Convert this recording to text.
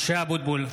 (קורא בשמות חברי הכנסת) משה אבוטבול,